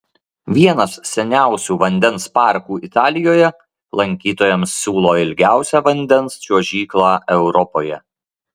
vienas seniausių vandens parkų italijoje lankytojams siūlo ilgiausią vandens čiuožyklą europoje